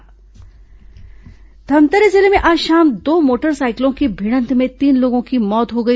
सड़क दुर्घटना धमतरी जिले में आज शाम दो मोटर साइकिलों की भिंड़त में तीन लोगों की मौत हो गई